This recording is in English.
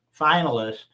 finalists